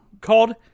called